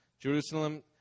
Jerusalem